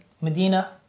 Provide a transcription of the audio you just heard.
Medina